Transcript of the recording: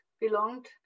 belonged